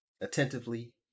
attentively